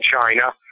China